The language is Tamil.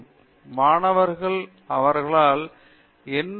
பேராசிரியர் பிரதாப் ஹரிதாஸ் இது தொடர்புபடுத்தும் திறனை அதிகப்படுத்தும்